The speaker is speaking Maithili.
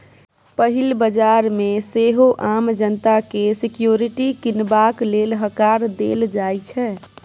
पहिल बजार मे सेहो आम जनता केँ सिक्युरिटी कीनबाक लेल हकार देल जाइ छै